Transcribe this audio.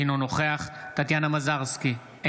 אינו נוכח טטיאנה מזרסקי,